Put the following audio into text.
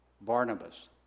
Barnabas